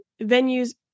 venues